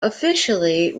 officially